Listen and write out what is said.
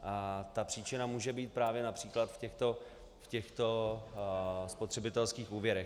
A ta příčina může být právě například v těchto spotřebitelských úvěrech.